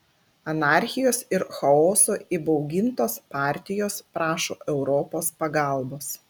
anarchijos ir chaoso įbaugintos partijos prašo europos pagalbos